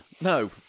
no